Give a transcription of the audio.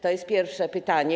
To jest pierwsze pytanie.